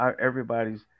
everybody's